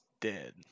dead